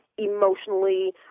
emotionally